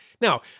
Now